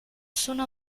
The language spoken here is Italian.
sono